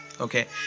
Okay